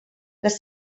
les